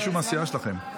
מישהו מהסיעה שלכם.